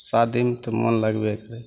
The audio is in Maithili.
शादीमे तऽ मोन लगबे करै छै